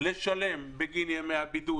לשלם בגין ימי הבידוד.